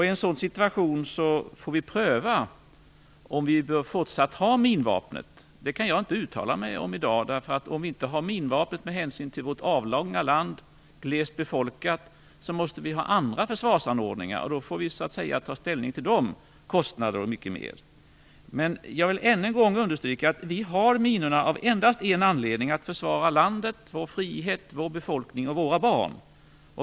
I en sådan situation får vi pröva om vi fortsatt bör ha minvapnet. Det kan jag inte uttala mig om i dag. Om vi inte har minvapnet måste vi med hänsyn till vårt avlånga och glesbefolkade land ha andra försvarsanordningar. Då får vi ta ställning till de kostnader och annat som detta innebär. Jag vill än en gång understryka att vi har våra minor endast för att försvara landet, vår frihet, vår befolkning och våra barn.